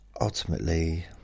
ultimately